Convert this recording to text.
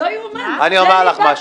לא ייאמן, הרי זו ליבת החוק.